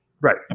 Right